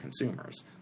consumers